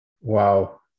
wow